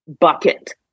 bucket